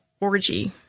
orgy